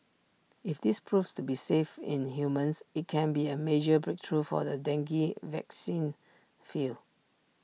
if this proves to be safe in humans IT can be A major breakthrough for the dengue vaccine field